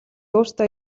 өөрсдөө